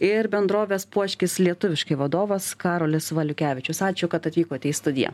ir bendrovės puoškis lietuviškai vadovas karolis valiukevičius ačiū kad atvykote į studiją